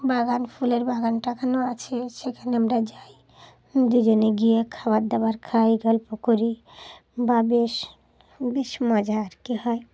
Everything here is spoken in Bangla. বাগান ফুলের বাগান টাগানও আছে সেখানে আমরা যাই দুজনে গিয়ে খাবার দাবার খাই গল্প করি বা বেশ বেশ মজা আর কি হয়